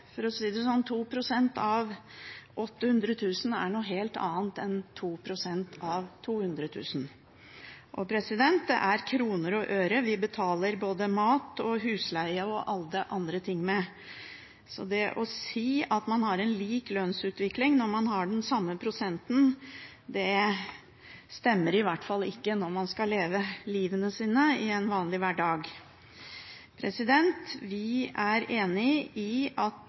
for å si det sånn – 2 pst. av 800 000 kr er noe helt annet enn 2 pst. av 200 000 kr. Det er kroner og øre vi betaler både mat, husleie og alle de andre tingene med, så det å si at man har en lik lønnsutvikling når man har den samme prosenten, stemmer i hvert fall ikke når man skal leve livet sitt i en vanlig hverdag. Vi i SV mener at